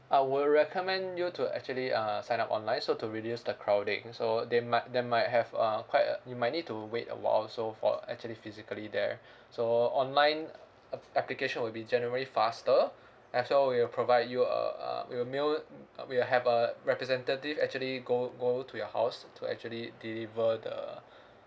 I will recommend you to actually uh sign up online so to reduce the crowding so there might there might have uh quite uh you might need to wait a while so for actually physically there so online app~ application will be generally faster as well we will provide you a uh we'll mail we'll have a representative actually go go to your house to actually deliver the